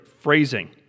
phrasing